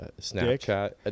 Snapchat